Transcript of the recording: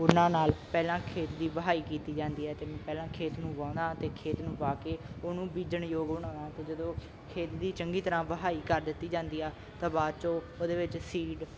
ਉਨ੍ਹਾਂ ਨਾਲ ਪਹਿਲਾਂ ਖੇਤ ਦੀ ਵਹਾਈ ਕੀਤੀ ਜਾਂਦੀ ਹੈ ਅਤੇ ਪਹਿਲਾਂ ਖੇਤ ਨੂੰ ਵਾਹੁਣਾ ਅਤੇ ਖੇਤ ਨੂੰ ਵਾਹ ਕੇ ਉਹਨੂੰ ਬੀਜਣ ਯੋਗ ਬਣਾਉਣਾ ਅਤੇ ਜਦੋਂ ਖੇਤ ਦੀ ਚੰਗੀ ਤਰ੍ਹਾਂ ਵਹਾਈ ਕਰ ਦਿੱਤੀ ਜਾਂਦੀ ਆ ਤਾਂ ਬਾਅਦ 'ਚੋਂ ਉਹਦੇ ਵਿੱਚ ਸੀਡ